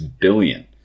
billion